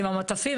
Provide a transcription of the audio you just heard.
עם המטפים.